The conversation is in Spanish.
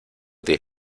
diez